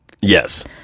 Yes